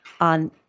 on